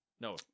No